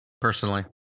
personally